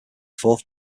fourth